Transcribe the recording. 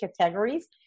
categories